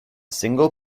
single